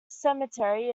cemetery